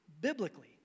biblically